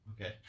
Okay